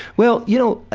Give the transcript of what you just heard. well, y'know,